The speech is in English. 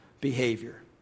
behavior